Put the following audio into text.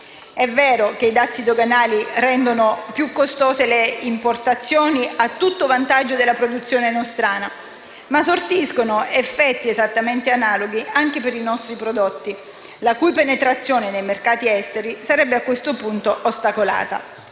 È vero che i dazi doganali rendono più costose le importazioni - a tutto vantaggio della produzione nostrana - ma sortiscono effetti analoghi anche per i nostri prodotti, la cui penetrazione nei mercati esteri sarebbe a questo punto ostacolata.